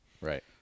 right